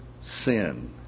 sin